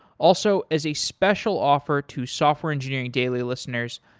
also, as a special offer to software engineering daily listeners,